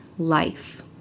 life